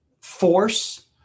force